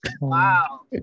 wow